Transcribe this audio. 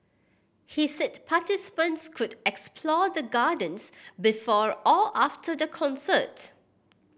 he said participants could explore the gardens before or after the concert